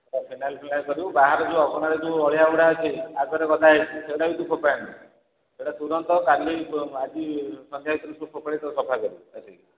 phenyl phenyl କରିବୁ ବାହାରେ ଯେଉଁ ଅଗଣାରେ ଯେଉଁ ଅଳିଆଗୁଡ଼ା ଅଛି ଆଗରେ ଗଦା ହୋଇଛି ସେଗୁଡ଼ା ବି ତୁ ଫୋପାଡ଼ିନୁ ସେଗୁଡ଼ା ତୁରନ୍ତ କାଲି ଆଜି ସନ୍ଧ୍ୟା ଭିତରେ ତୁ ଫୋପାଡ଼ିକି ସଫାକରିବୁ ଆସିକି